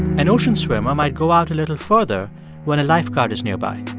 an ocean swimmer might go out a little further when a lifeguard is nearby.